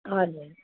हजुर